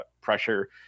pressure